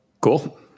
cool